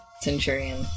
Centurion